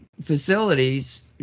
facilities